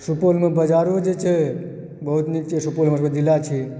सुपौलमे बजारो जे छै बहुत नीक छै सुपौल अहाँकेँ जिला छै